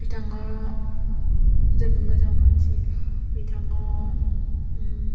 बिथाङा जोबोद मोजां मानसि बिथाङा